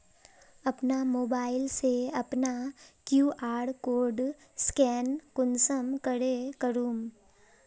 अपना मोबाईल से अपना कियु.आर कोड स्कैन कुंसम करे करूम?